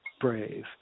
brave